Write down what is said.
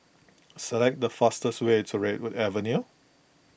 select the fastest way to Redwood Avenue